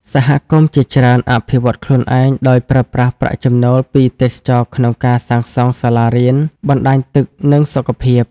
សហគមន៍ជាច្រើនអភិវឌ្ឍខ្លួនឯងដោយប្រើប្រាស់ប្រាក់ចំណូលពីទេសចរណ៍ក្នុងការសាងសង់សាលារៀន បណ្តាញទឹក និងសុខភាព។